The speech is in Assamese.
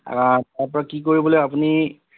তাপা কি কৰিব লাগিব আপুনি